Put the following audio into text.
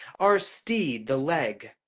our steed the leg,